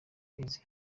izi